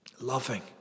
loving